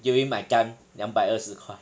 during my time 两百二十块